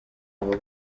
aba